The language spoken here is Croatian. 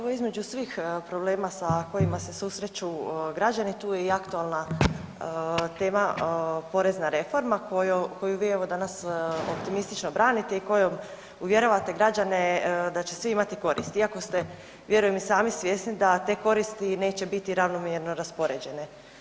A evo između svih problema sa kojima se susreću građani, tu je i aktualna tema porezna reforma koju, koju vi evo danas optimistično branite i kojom uvjeravate građane da će svi imati koristi iako ste vjerujem i sami svjesni da te koristi neće biti ravnomjerno raspoređene.